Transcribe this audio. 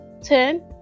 Ten